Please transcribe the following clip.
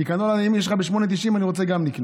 אם יש קנולה ב-8.90, אני גם רוצה לקנות.